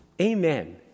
Amen